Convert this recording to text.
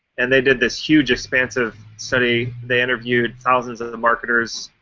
and they did this huge, expansive study. they interviewed thousands of the marketers